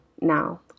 Now